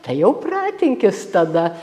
tai jau pratinkis tada